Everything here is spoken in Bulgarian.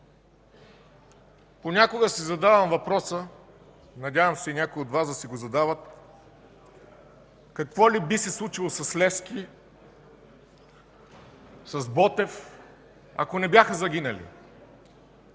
Понякога си задавам въпроса, надявам се и някои от Вас да си го задава: какво ли би се случило с Левски, с Ботев, ако не бяха загинали?